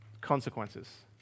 consequences